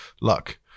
luck